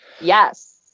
Yes